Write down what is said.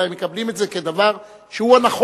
אלא הם מקבלים את זה כדבר שהוא הנכון,